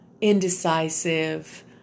indecisive